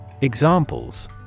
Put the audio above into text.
Examples